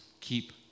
Keep